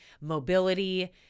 mobility